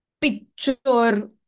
picture